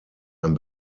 ein